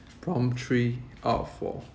prompt three out of four